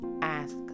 ask